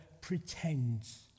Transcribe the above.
pretends